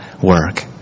work